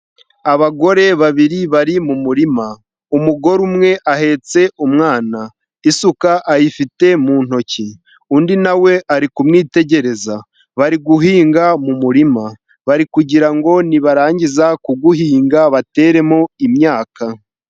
Abagore babiri bari mu murima, umugore umwe ahetse umwana, isuka ayifite mu ntoki, undi na we ari kumwitegereza, bari guhinga mu murima, bari kugira ngo nibarangiza kuwuhinga bateremo imyaka.